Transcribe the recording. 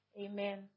amen